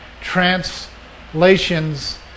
translations